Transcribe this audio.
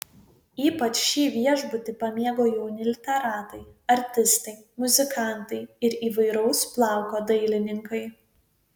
ypač šį viešbutį pamėgo jauni literatai artistai muzikantai ir įvairaus plauko dailininkai